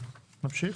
נמשיך.